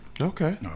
Okay